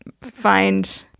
find